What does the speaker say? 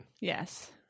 Yes